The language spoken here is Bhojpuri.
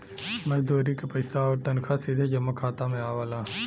मजदूरी क पइसा आउर तनखा सीधे जमा खाता में आवला